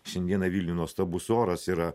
šiandieną vilniuj nuostabus oras yra